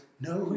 No